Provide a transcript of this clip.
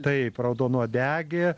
taip raudonuodegė